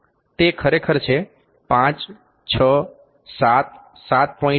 તે ખરેખર છે 5 6 7 7